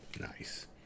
Nice